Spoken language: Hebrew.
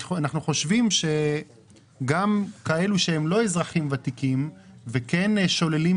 אנחנו חושבים שגם כאלו שהם לא אזרחים ותיקים וכן שוללים